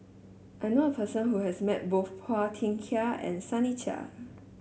I now a person who has met both Phua Thin Kiay and Sunny Sia